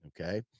okay